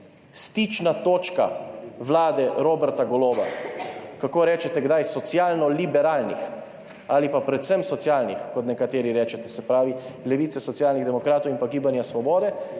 stična točka vlade Roberta Goloba – kako rečete kdaj? – socialno liberalnih ali pa predvsem socialnih, kot nekateri rečete, se pravi Levice, Socialnih demokratov in Gibanja Svoboda,